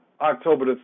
October